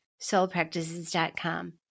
soulpractices.com